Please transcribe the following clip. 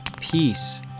peace